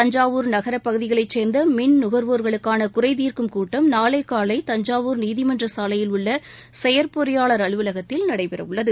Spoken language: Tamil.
தஞ்சாவூர் நகர பகுதிகளை சேர்ந்த மின் நுகர்வோர்களுக்கான குறை தீர்க்கும் கூட்டம் நாளை காலை தஞ்சாவூர் நீதிமன்ற சாலையில் உள்ள செயற் பொறியாளர் அலுவலகத்தில் நடைபெறவுள்ளது